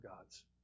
God's